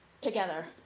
Together